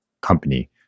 company